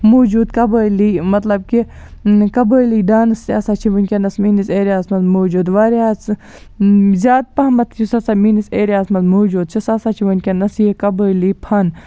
موٗجوٗد قبٲیلی مَطلب کہِ قبٲیلی ڈانٕس تہِ ہسا چھُ وٕنکیٚنَس میٲنِس ایریا ہَس منٛز موٗجوٗد واریاہ ہسا زیادٕ پَہمَتھ یُس ہسا میٲنِس ایریا ہَس منٛز موٗجوٗد چھُ سُہ ہسا چھُ وٕنکیٚنَس یہٕ قبٲیلی فن